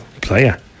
Player